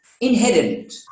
inherent